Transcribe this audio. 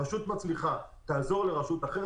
רשות מצליחה תעזור לרשות אחרת?